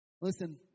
Listen